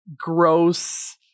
gross